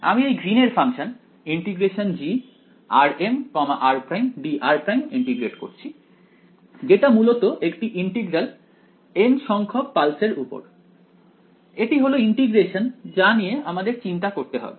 আমি এই গ্রীন এর ফাংশন ∫grm r′dr′ ইন্টিগ্রেট করছি যেটা মূলত একটি ইন্টিগ্রাল n সংখ্যক পালসের উপর এটি হল ইন্টিগ্রেশন যা নিয়ে আমাদের চিন্তা করতে হবে